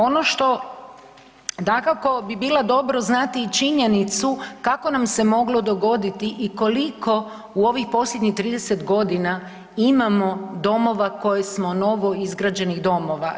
Ono što dakako bi bilo dobro znati i činjenicu kako nam se moglo dogoditi i koliko u ovih posljednjih 30 godina imamo domova koje smo, novo izgrađenih domova.